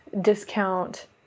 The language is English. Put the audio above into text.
discount